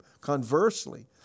Conversely